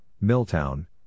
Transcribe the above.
Milltown